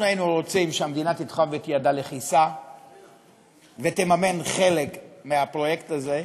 אנחנו היינו רוצים שהמדינה תתחב את ידה לכיסה ותממן חלק מהפרויקט הזה.